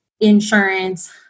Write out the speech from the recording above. insurance